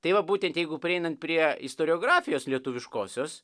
tai va būtent jeigu prieinant prie istoriografijos lietuviškosios